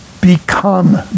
become